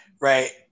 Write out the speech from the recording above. Right